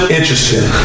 Interesting